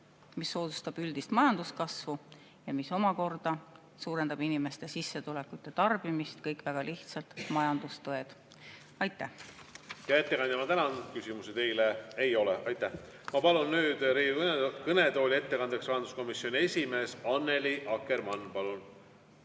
mis soodustab üldist majanduskasvu, mis omakorda suurendab inimeste sissetulekut ja tarbimist – kõik väga lihtsad majandustõed. Aitäh! Hea ettekandja, ma tänan! Küsimusi teile ei ole. Ma palun nüüd Riigikogu kõnetooli ettekandjaks rahanduskomisjoni esimehe Annely Akkermanni.